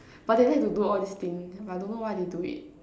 but they like to do all these thing but I don't know why they do it